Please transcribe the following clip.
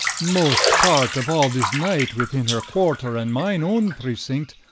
most part of all this night within her quarter, and mine owne precinct,